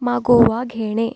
मागोवा घेणे